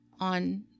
on